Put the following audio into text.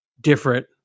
different